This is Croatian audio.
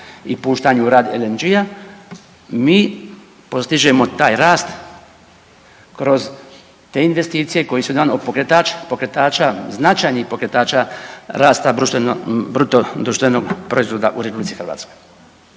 i puštanje u rad LNG-a mi postižemo taj rast kroz te investicije koje su jedan od pokretača, značajnih pokretača rasta bruto društvenog proizvoda u Republici hrvatskoj.